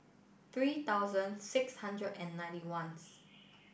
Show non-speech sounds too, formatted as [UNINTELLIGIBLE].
three thousand six hundred and ninety one [UNINTELLIGIBLE]